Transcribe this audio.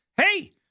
Hey